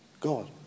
God